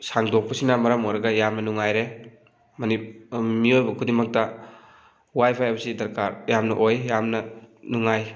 ꯁꯥꯡꯗꯣꯛꯄꯁꯤꯅ ꯃꯔꯝ ꯑꯣꯏꯔꯒ ꯌꯥꯝꯅ ꯅꯨꯡꯉꯥꯏꯔꯦ ꯃꯤꯑꯣꯏꯕ ꯈꯨꯗꯤꯡꯃꯛꯇ ꯋꯥꯏ ꯐꯥꯏ ꯍꯥꯏꯕꯁꯤ ꯗꯔꯀꯥꯔ ꯌꯥꯝꯅ ꯑꯣꯏ ꯌꯥꯝꯅ ꯅꯨꯡꯉꯥꯏ